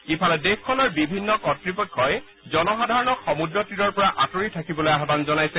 ইফালে দেশখনৰ বিভিন্ন কৰ্তৃপক্ষই জনসাধাৰণক সমূদ্ৰতীৰৰ পৰা আঁতৰি থাকিবলৈ আহান জনাইছে